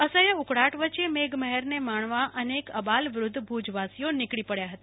અસહ્ય ઉકળાટ વચ્ચે મેઘમહેર ને માણવા અનેક આબાલ વૃદ્ધ ભુજવાસીઓ નીકળી પડ્યા હતા